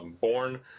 born